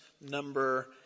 number